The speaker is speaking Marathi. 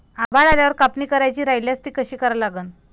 आभाळ आल्यावर कापनी करायची राह्यल्यास ती कशी करा लागन?